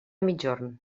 migjorn